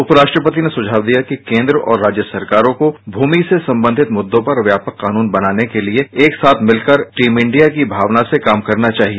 उपराष्ट्रपति ने सुझाव दिया कि केन्द्र और राज्य सरकारों को भूमि से संबंधित मुद्दों पर व्यापक कानुन बनाने के लिए एकसाथ मिलकर टीम इंडिया की भावना से काम करना चाहिए